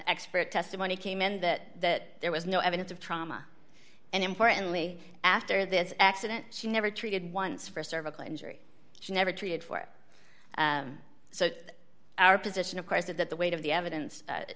expert testimony came in that it was no evidence of trauma and importantly after this accident she never treated once for cervical injury she never treated for it so our position of course of that the weight of the evidence